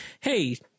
hey